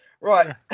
Right